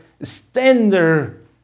standard